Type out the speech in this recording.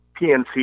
PNC